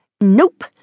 Nope